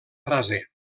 frase